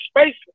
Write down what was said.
space